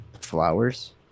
flowers